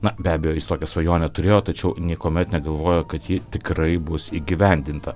na be abejo jis tokią svajonę turėjo tačiau niekuomet negalvojo kad ji tikrai bus įgyvendinta